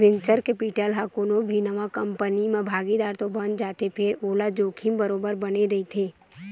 venture capital ह कोनो भी नवा कंपनी म भागीदार तो बन जाथे फेर ओला जोखिम बरोबर बने रहिथे